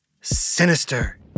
sinister